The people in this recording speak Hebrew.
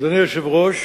אדוני היושב-ראש,